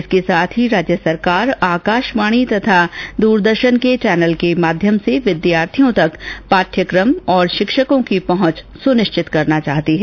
इसके साथ ही राज्य सरकार आकाषवाणी तथा दूरदर्षन चैनल के माध्यम से विद्यार्थियों तक पाठ्यकम और षिक्षकों की पहुंच सुनिष्वित करना चाहती है